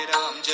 Ram